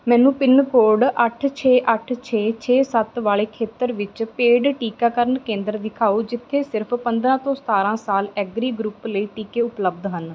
ਮੈਨੂੰ ਪਿਨਕੋਡ ਅੱਠ ਛੇ ਅੱਠ ਛੇ ਛੇ ਸੱਤ ਵਾਲੇ ਖੇਤਰ ਵਿੱਚ ਪੇਡ ਟੀਕਾਕਰਨ ਕੇਂਦਰ ਦਿਖਾਓ ਜਿੱਥੇ ਸਿਰਫ਼ ਪੰਦਰਾਂ ਤੋਂ ਸਤਾਰਾਂ ਸਾਲ ਐਗਰੀ ਗਰੁੱਪ ਲਈ ਟੀਕੇ ਉਪਲੱਬਧ ਹਨ